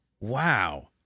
wow